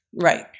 Right